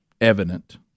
evident